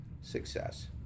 success